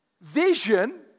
Vision